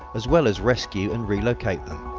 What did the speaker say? as well as rescue and relocate them.